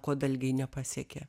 ko dalgiai nepasiekė